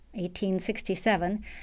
1867